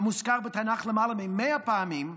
המוזכר בתנ"ך למעלה מ-100 פעמים,